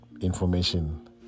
information